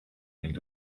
mind